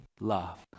love